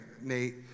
Nate